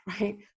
right